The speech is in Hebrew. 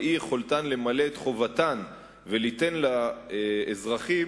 באי-יכולתן למלא את חובתן וליתן לאזרחים